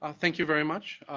ah thank you very much.